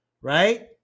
right